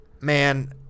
Man